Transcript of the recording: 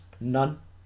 None